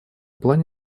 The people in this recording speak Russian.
плане